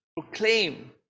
proclaim